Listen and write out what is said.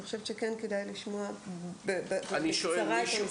אני חושבת שכן כדאי לשמוע בקצרה את המשרדים.